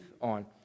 on